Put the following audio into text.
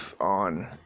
on